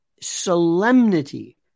solemnity